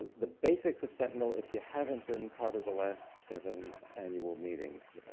the basics of sentinel if you haven't been part of the last seven annual meetings.